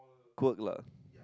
quirk lah